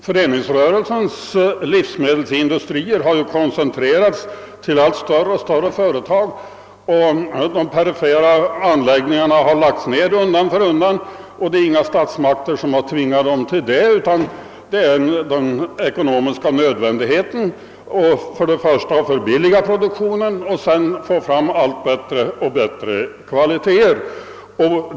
Föreningsrörelsens livsmedelsindustrier har koncentrerats till allt större företag, och de perifera anläggningarna har lagts ned undan för undan. Det är inte statsmakterna, utan det är den ekonomiska nödvändigheten att förbilliga produktionen och få fram bättre kvaliteter, som har tvingat fram detta.